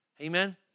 Amen